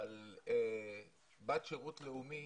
אבל בת שירות לאומי,